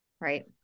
Right